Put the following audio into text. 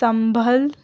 سنبھل